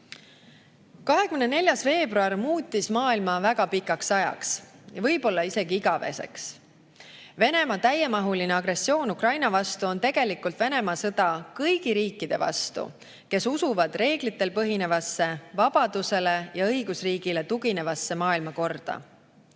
veebruar muutis maailma väga pikaks ajaks, võib-olla isegi igaveseks. Venemaa täiemahuline agressioon Ukraina vastu on tegelikult Venemaa sõda kõigi riikide vastu, kes usuvad reeglitel põhinevasse vabadusele ja õigusriigile tuginevasse maailmakorda.